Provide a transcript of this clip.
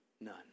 None